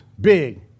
big